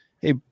Hey